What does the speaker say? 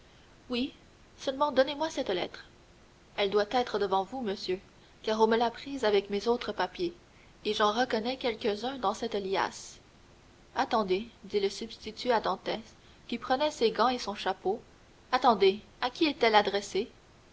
oui seulement donnez-moi cette lettre elle doit être devant vous monsieur car on me l'a prise avec mes autres papiers et j'en reconnais quelques-uns dans cette liasse attendez dit le substitut à dantès qui prenait ses gants et son chapeau attendez à qui est-elle adressée